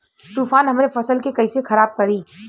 तूफान हमरे फसल के कइसे खराब करी?